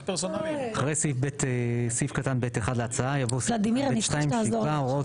אחרי סעיף קטן (ב1) להצעה יבוא סעיף (ב2) שיקבע 'הוראות